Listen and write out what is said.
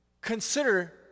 consider